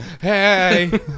Hey